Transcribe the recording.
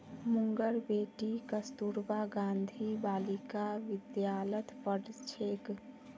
मंगूर बेटी कस्तूरबा गांधी बालिका विद्यालयत पढ़ छेक